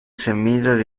semillas